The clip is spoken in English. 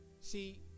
See